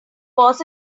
was